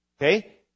Okay